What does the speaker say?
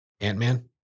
ant-man